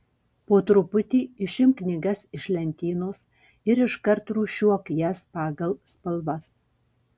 po truputį išimk knygas iš lentynos ir iškart rūšiuok jas pagal spalvas